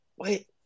Wait